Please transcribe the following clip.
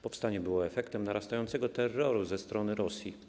Powstanie było efektem narastającego terroru ze strony Rosji.